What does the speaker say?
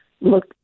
look